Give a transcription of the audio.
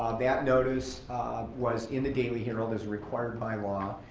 um that notice was in the daily herald, as required by law.